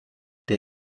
der